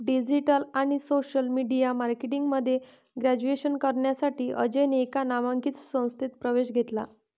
digital आणि social media marketing मध्ये graduation करण्यासाठी अजयने एका नामांकित संस्थेत प्रवेश घेतला